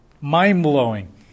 Mind-blowing